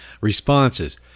responses